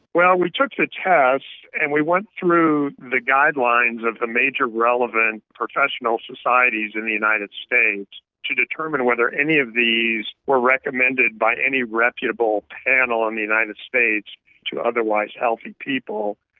well, we took the tests and we went through the guidelines of the major relevant professional societies in the united states to determine whether any of these were recommended by any reputable panel in the united states to otherwise healthy people,